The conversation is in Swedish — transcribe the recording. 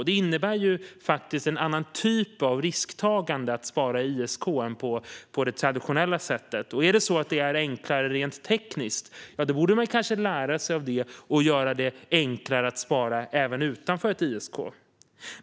Det innebär faktiskt en annan typ av risktagande att spara i ISK än att spara på det traditionella sättet. Är det enklare rent tekniskt borde man kanske lära sig av det och göra det enklare att spara även utanför ett ISK.